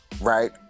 right